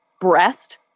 breast